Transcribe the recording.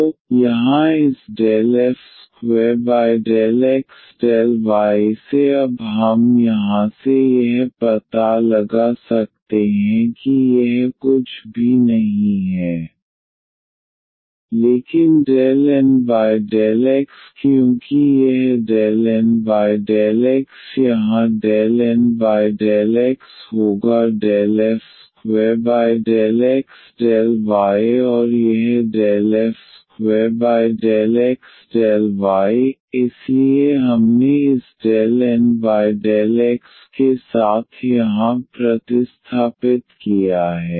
तो यहाँ इस 2f∂x∂y से अब हम यहाँ से यह पता लगा सकते हैं कि यह कुछ भी नहीं है लेकिन ∂N∂xक्योंकि यह ∂N∂x यहाँ ∂N∂x होगा 2f∂x∂y और यह 2f∂x∂y इसलिए हमने इस N∂x के साथ यहां प्रतिस्थापित किया है